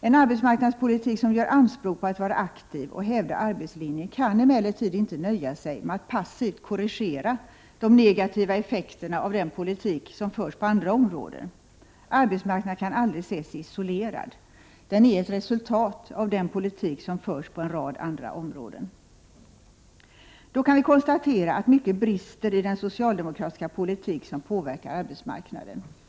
En arbetsmarknadspolitik som gör anspråk på att vara aktiv och hävda arbetslinjen kan emellertid inte nöja sig med att passivt korrigera de negativa effekterna av den politik som förs på andra områden. Arbetsmarknaden kan aldrig ses isolerad. Den är ett resultat av den politik som förs på en rad andra områden. Då kan vi konstatera att mycket brister i den socialdemokratiska politik som påverkar arbetsmarknaden.